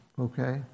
Okay